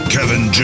Kevin